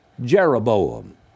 Jeroboam